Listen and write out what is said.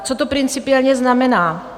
Co to principiálně znamená?